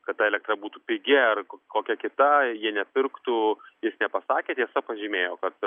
kad ta elektra būtų pigi ar kokia kita ji nepirktų jis nepasakė tiesa pažymėjo kad